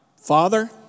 Father